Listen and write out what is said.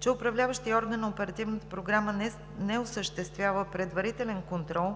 че управляващият орган на Оперативната програма не е осъществявал предварителен контрол